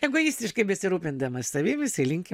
egoistiškai besirūpindamas savim jisai linki